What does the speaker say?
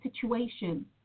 situation